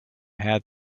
had